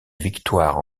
victoires